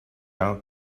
out